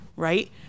Right